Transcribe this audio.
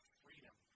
freedom